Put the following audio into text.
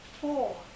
four